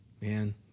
man